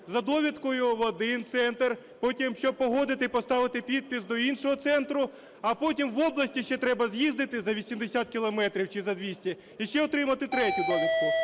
за довідкою в один центр, потім щоб погодити і поставити підпис – до іншого центру, а потім в області ще треба з'їздити за 80 кілометрів чи за 200 - і ще отримати третю довідку.